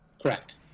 Correct